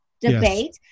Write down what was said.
debate